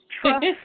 trust